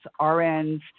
RNs